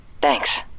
Thanks